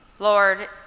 Lord